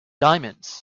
diamonds